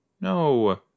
No